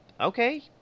Okay